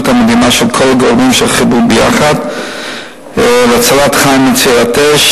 המדהימה של כל הגורמים שחברו יחד להצלת חיים ולעצירת האש.